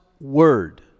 Word